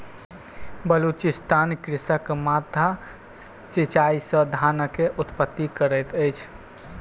बलुचिस्तानक कृषक माद्दा सिचाई से धानक उत्पत्ति करैत अछि